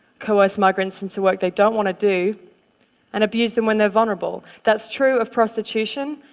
coerce migrants into work they don't want to do and abuse them when they're vulnerable. that's true of prostitution,